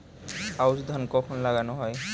আউশ ধান কখন লাগানো হয়?